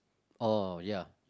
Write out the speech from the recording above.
orh ya